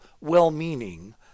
well-meaning